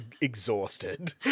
exhausted